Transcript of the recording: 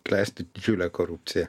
klesti didžiulė korupcija